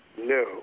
No